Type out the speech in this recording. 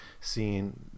seeing